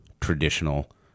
traditional